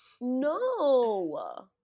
No